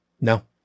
No